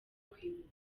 kwibuka